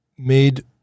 made